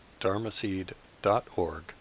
dharmaseed.org